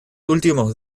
últimos